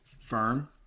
firm